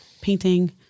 painting